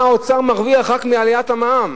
מה האוצר מרוויח רק מעליית המע"מ?